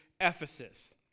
Ephesus